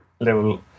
level